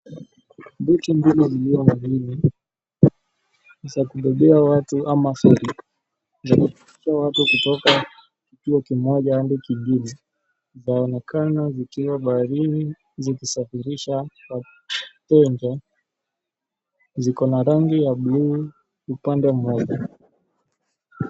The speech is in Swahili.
Boti mbili iliomajini za kubebea watu ama feri zimepakia watu kutoka kituo kimoja hadi kingine. Vinaonekana vikiwa baharini zikisafirisha watu. Upande wa nje ziko na rangi ya blue upande mmoja.